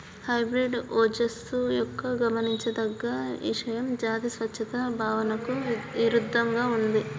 hybrid ఓజస్సు యొక్క గమనించదగ్గ ఇషయం జాతి స్వచ్ఛత భావనకు ఇరుద్దంగా ఉంది